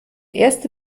erste